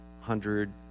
hundred